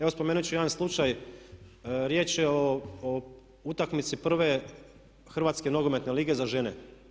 Evo spomenut ću jedan slučaj, riječ je o utakmici 1. Hrvatske nogometne lige za žene.